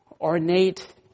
ornate